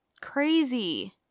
Crazy